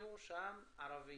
שיגדירו שם ערבי,